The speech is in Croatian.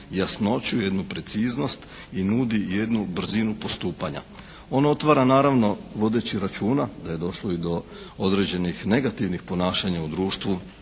jasnoću, jednu preciznost i nudi jednu brzinu postupanja. On otvara naravno vodeći računa da je došlo i do određenih negativnih ponašanja u društvu,